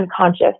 unconscious